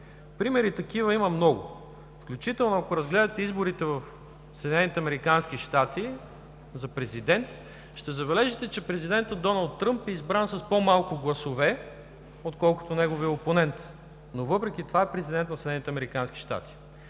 много такива примери. Включително ако разгледате изборите за президент в САЩ, ще забележите, че президентът Доналд Тръмп е избран с по-малко гласове, отколкото неговият опонент, но въпреки това е президент на